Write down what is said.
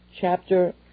chapter